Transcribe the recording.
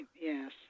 yes